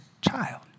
child